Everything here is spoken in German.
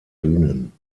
bühnen